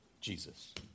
Jesus